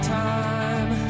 time